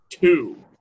two